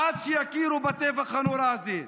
עד שיכירו בטבח הנורא הזה.